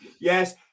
yes